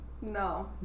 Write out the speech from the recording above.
No